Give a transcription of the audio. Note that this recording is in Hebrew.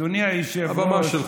הבמה שלך.